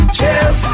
Cheers